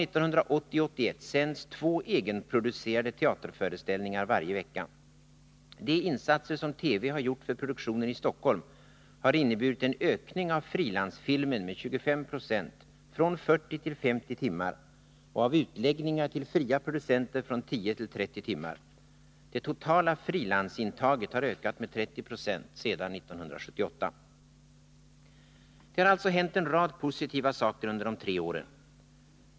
Säsongen 1980/81 sänds två egenproducerade teaterföreställningar varje vecka. De insatser som TV gjort för produktionen i Stockholm har inneburit en ökning av frilansfilmen med 25 96 från 40 till 50 timmar och av utläggningar till fria producenter från 10 till 30 timmar. Det totala frilansintaget har ökat med 30 20 sedan år 1978. Det har alltså hänt en rad positiva saker under de tre åren.